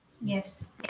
Yes